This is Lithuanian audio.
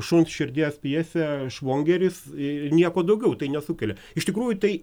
šuns širdies pjesę švogeris ir nieko daugiau tai nesukelia iš tikrųjų tai